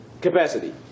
capacity